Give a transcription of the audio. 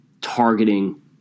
targeting